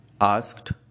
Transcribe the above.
asked